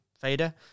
fader